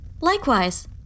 Likewise